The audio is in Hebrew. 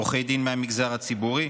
עורכי דין מהמגזר הציבורי,